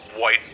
white